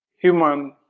human